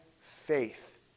faith